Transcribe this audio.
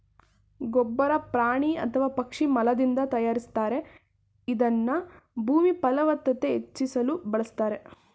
ಗೊಬ್ಬರ ಪ್ರಾಣಿ ಅಥವಾ ಪಕ್ಷಿ ಮಲದಿಂದ ತಯಾರಿಸ್ತಾರೆ ಇದನ್ನ ಭೂಮಿಯಫಲವತ್ತತೆ ಹೆಚ್ಚಿಸಲು ಬಳುಸ್ತಾರೆ